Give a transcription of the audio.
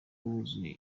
wuzuye